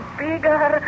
bigger